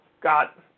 got